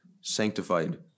sanctified